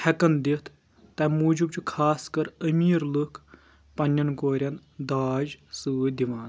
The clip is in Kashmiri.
ہٮ۪کان دِتھ تَمہِ موٗجوٗب چھِ خاص کَر أمیٖر لُکھ پنٛنؠن کورؠن داج سۭتۍ دِوان